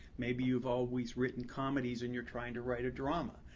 maybe you've always written comedies and you're trying to write a drama.